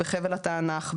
בחבל התענך,